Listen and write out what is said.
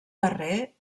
darrer